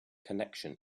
connection